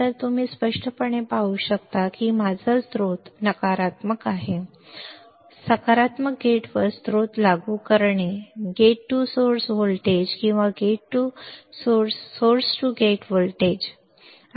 तर तुम्ही स्पष्टपणे पाहू शकता की माझा स्रोत नकारात्मक गेट आहे सकारात्मक गेटवर स्रोत लागू करणे गेट टू सोर्स व्होल्टेज किंवा सोर्स टू गेट व्होल्टेज